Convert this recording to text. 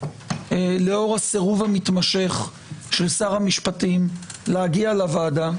לאור הסירוב המתמשך של שר המשפטים להגיע לוועדה,